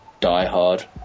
die-hard